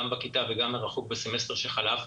גם בכיתה וגם מרחוק בסמסטר שחלף,